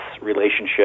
relationship